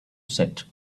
set